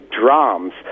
drums